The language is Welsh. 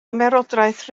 ymerodraeth